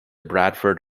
bradford